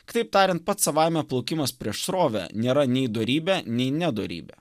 kitaip tariant pats savaime plaukimas prieš srovę nėra nei dorybė nei nedorybė